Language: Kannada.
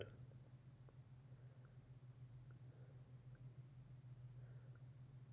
ಡಿಜಿಟಲ್ ವಹಿವಾಟಿನ ವೇದಿಕೆ ಚಿಲ್ಲರೆ ಏಜೆಂಟ್ಗಳು ಮತ್ತ ಗ್ರಾಹಕರು ಇವು ಮೂರೂ ಡಿಜಿಟಲ್ ಹಣಕಾಸಿನ್ ಸೇವೆಗಳ ಪ್ರಮುಖ್ ಅಂಶಗಳು